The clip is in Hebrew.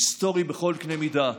היסטורי בכל קנה מידה,